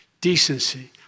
Decency